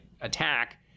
attack